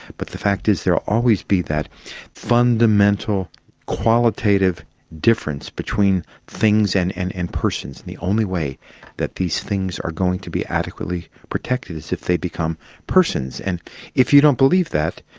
but the fact is there will always be that fundamental qualitative difference between things and and and persons. and the only way that these things are going to be adequately protected is if they become persons. and if you don't believe that,